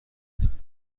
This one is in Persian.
کنید